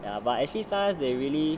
ya but actually sometimes they really